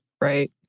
Right